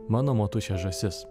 mano motušė žąsis